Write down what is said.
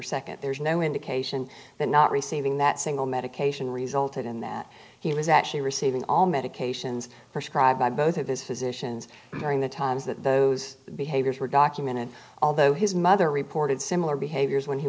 december nd there's no indication that not receiving that single medication resulted in that he was actually receiving all medications prescribed by both of his physicians during the times that those behaviors were documented although his mother reported similar behaviors when he